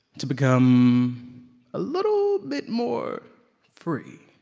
to become a little bit more free.